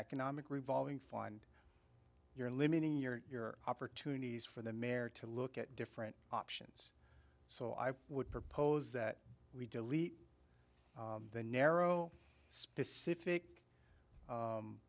economic revolving fine you're limiting your opportunities for the mayor to look at different options so i would propose that we delete the narrow specific